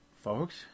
folks